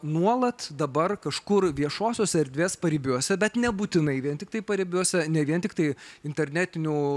nuolat dabar kažkur viešosios erdvės paribiuose bet nebūtinai vien tiktai paribiuose ne vien tiktai internetinių